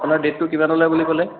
আপোনাৰ ডেটটো কিমানলৈ বুলি ক'লে